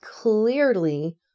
clearly